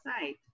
site